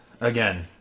again